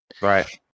Right